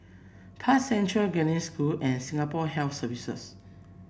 Park Central Genesis School and Singapore Health Services